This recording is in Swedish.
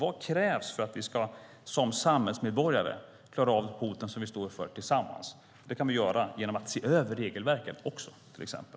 Vad krävs för att vi som samhällsmedborgare ska klara av hoten som vi tillsammans står inför? Det kan vi göra genom att se över regelverken också, till exempel.